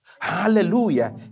Hallelujah